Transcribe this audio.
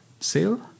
sale